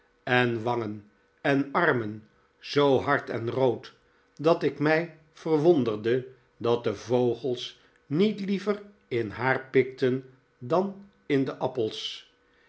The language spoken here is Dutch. en wangen en armen zoo hard en rood dat ik mij verwonderde dat de vogels niet liever in haar pikten dan in de appels